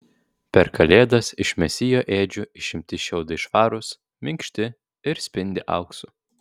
per kalėdas iš mesijo ėdžių išimti šiaudai švarūs minkšti ir spindi auksu